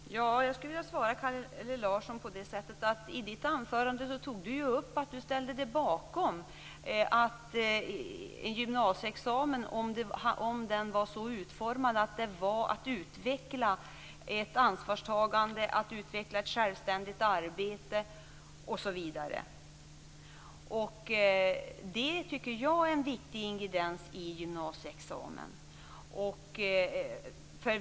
Herr talman! Jag skulle vilja svara Kalle Larsson genom att säga att han i sitt anförande tog upp att han ställde sig bakom en gymnasieexamen om den var så utformad att det handlade om att utveckla ett ansvarstagande, om att utveckla ett självständigt arbete osv. Det tycker jag är en viktig ingrediens i en gymnasieexamen.